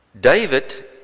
David